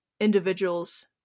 Individuals